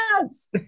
Yes